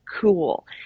cool